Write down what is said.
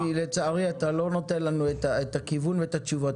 לצערי אתה לא נותן לנו את הכיוון ואת התשובות.